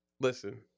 Listen